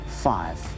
five